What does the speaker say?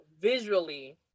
visually